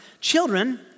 children